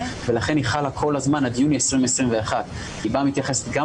ולכן היא חלה כל הזמן עד יוני 2021. היא מתייחסת גם